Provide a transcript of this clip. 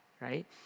right